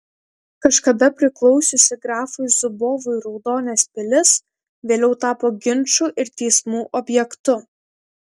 kažkada priklausiusi grafui zubovui raudonės pilis vėliau tapo ginčų ir teismų objektu